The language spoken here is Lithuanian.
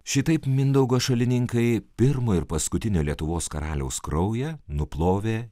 šitaip mindaugo šalininkai pirmo ir paskutinio lietuvos karaliaus kraują nuplovė